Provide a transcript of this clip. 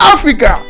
Africa